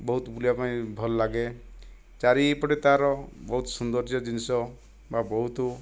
ବହୁତ ବୁଲିବା ପାଇଁ ଭଲଲାଗେ ଚାରିପଟେ ତାର ବହୁତ ସୌନ୍ଦର୍ଯ୍ୟ ଜିନିଷ ବା ବହୁତ